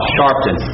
Sharpton